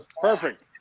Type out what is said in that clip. Perfect